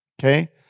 Okay